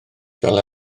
fel